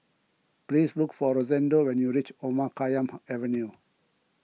please look for Rosendo when you reach Omar Khayyam Avenue